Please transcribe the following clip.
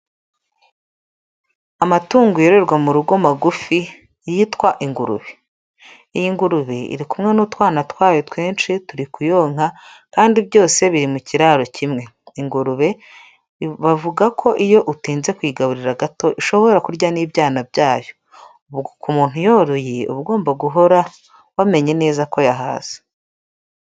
Amatungo yororerwa mu rugo magufi yitwa ingurube. Iyi ngurube iri kumwe n'utwana twayo twinshi turi kuyonka kandi byose biri mu kiraro kimwe. Ingurube bavuga ko iyo utinze kuyigaburira gato ishobora kurya n'ibyana byayo, ku umuntu yoroye uba ugomba guhora wamenye neza ko yahaze.